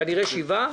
כנראה 7 מיליון שקל.